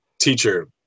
teacher